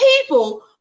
people